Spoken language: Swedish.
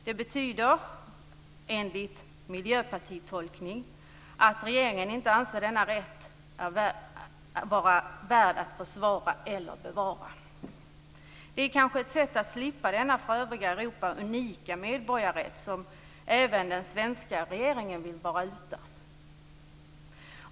Det betyder enligt miljöpartitolkning att regeringen inte anser denna rätt vara värd att försvara eller bevara. Det är kanske ett sätt att slippa denna i förhållande till övriga Europa unika medborgarrätt, som även den svenska regeringen vill vara utan.